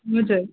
हजुर